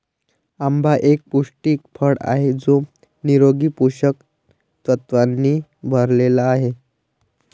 आंबा एक पौष्टिक फळ आहे जो निरोगी पोषक तत्वांनी भरलेला आहे